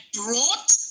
brought